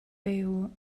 byw